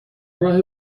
راه